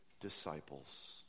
disciples